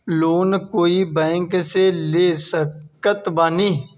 Loan कोई bank से ले सकत बानी?